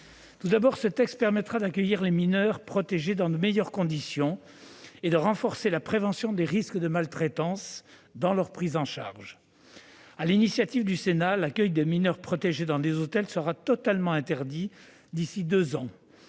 Tout d'abord, ce texte permettra d'accueillir les mineurs protégés dans de meilleures conditions et de renforcer la prévention des risques de maltraitance dans leur prise en charge. Sur l'initiative du Sénat, l'accueil de mineurs protégés dans des hôtels sera totalement interdit d'ici à deux ans.